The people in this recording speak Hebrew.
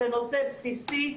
זה נושא בסיסי,